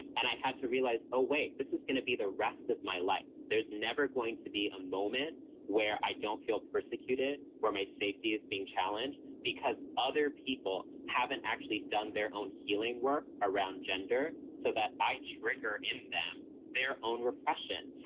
and i had to realize, oh, wait, this is gonna be the rest of my life. there's never going to be a moment where i don't feel persecuted, where my safety is being challenged because other people haven't actually done their own healing work around gender so that i trigger in them their own repression.